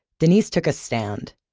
denise took a stand.